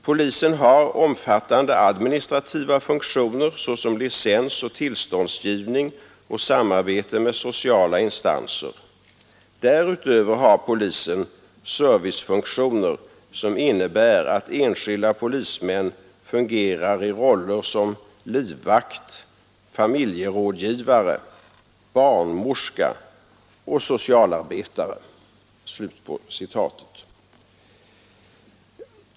Polisen har omfattande administrativa funktioner såsom licensoch tillståndsgivning och samarbete med sociala instanser. Därutöver har polisen servicefunktioner, som innebär att enskilda polismän fungerar i roller som livvakt, familjerådgivare, barnmorska och socialarbetare.